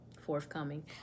forthcoming